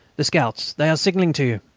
the scouts. they are signalling to you.